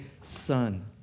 son